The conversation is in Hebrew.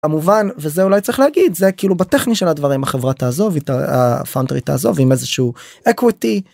המובן, וזה אולי צריך להגיד, זה כאילו בטכני של הדברים. החברה תעזוב הפאונדרית תעזוב עם איזהשהו אקוויטי.